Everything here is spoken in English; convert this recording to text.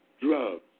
drugs